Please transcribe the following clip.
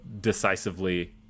decisively